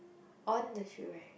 on the shoe rack